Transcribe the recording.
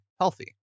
healthy